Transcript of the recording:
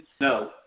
no